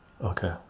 Okay